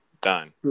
done